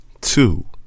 Two